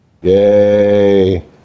Yay